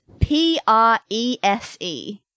P-R-E-S-E